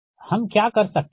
हम क्या कर सकते है